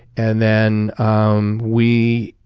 and then um we